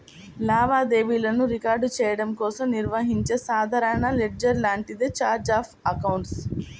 లావాదేవీలను రికార్డ్ చెయ్యడం కోసం నిర్వహించే సాధారణ లెడ్జర్ లాంటిదే ఛార్ట్ ఆఫ్ అకౌంట్స్